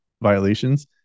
violations